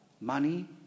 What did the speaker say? money